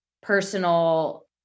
personal